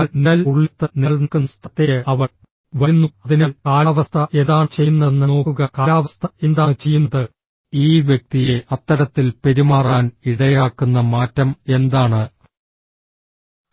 അതിനാൽ നിഴൽ ഉള്ളിടത്ത് നിങ്ങൾ നിൽക്കുന്ന സ്ഥലത്തേക്ക് അവൾ വരുന്നു അതിനാൽ കാലാവസ്ഥ എന്താണ് ചെയ്യുന്നതെന്ന് നോക്കുക കാലാവസ്ഥ എന്താണ് ചെയ്യുന്നത് ഈ വ്യക്തിയെ അത്തരത്തിൽ പെരുമാറാൻ ഇടയാക്കുന്ന മാറ്റം എന്താണ്